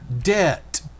debt